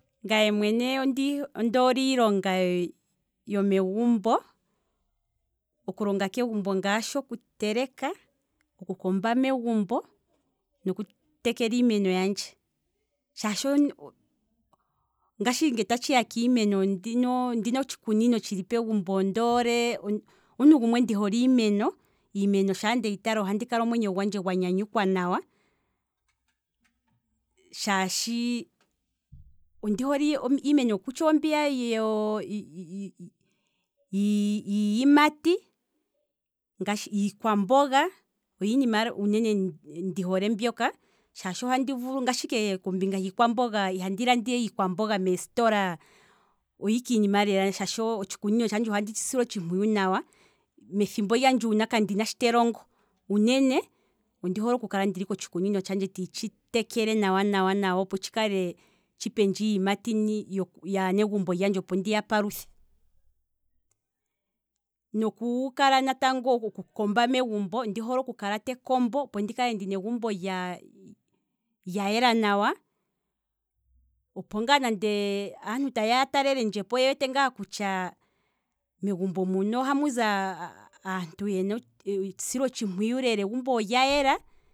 Ngaye mwene ondi ondoole iilonga yokegumbo, okulonga megumbo ngaashi oku teleka, okukomba megumbo, noku tekela iimeno yandje, shaashi ngashi nge ta tshiya kiimeno, ondina otshikunino tshili pegumbo, ondoole, omuntu gumwe ndoole iimeno, iimeno shaa ndeyi tala ohandi kala omwenyo gwandje guuvite nawa shaashi ondi hole iimeno okutya ombiya yiii yimati. ngaashi iikwamboga, oyo iinima uunene ndi hole mbyoka, shaashi ngashi kombinga hiikwamboga ihandi landa iikwamboga meesitola, oyo ike iinima lela shaashi tshikunino tshandje ohandi tshi sile otshimpuyu nawa, methimbo ndoka kandina sho telongo, ondi hole okukala kotshikunino tshandje tandi tshi tekele nawa nawa nawa nawa lela opo tshi pendje iiyimati yaanegumbo yandje opo ndiya paluthe, noku komba natango, ondi hole oku kala tandi kombo megumbo opo ndi kale ndina egumbo lya yela nawa, opo ngaa nande aantu tayeya ya talelendjepo oye wete ngaa kutya megumbo ohamuzi aantu yena esilo tdhimpwiyu lela, egumbo olya yela